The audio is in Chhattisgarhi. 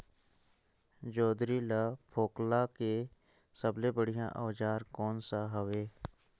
जोंदरी ला फोकला के सबले बढ़िया औजार कोन सा हवे?